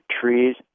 trees